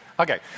Okay